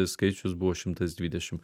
skaičius buvo šimtas dvidešimt